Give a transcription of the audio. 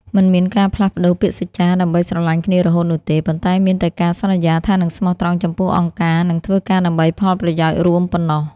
មិនមានការផ្លាស់ប្តូរពាក្យសច្ចាដើម្បីស្រឡាញ់គ្នារហូតនោះទេ ប៉ុន្តែមានតែការសន្យាថានឹងស្មោះត្រង់ចំពោះអង្គការនិងធ្វើការដើម្បីផលប្រយោជន៍រួមប៉ុណ្ណោះ។